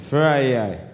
Friday